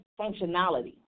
functionality